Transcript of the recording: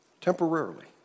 temporarily